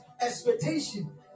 expectation